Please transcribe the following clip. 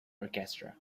orchestra